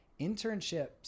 internships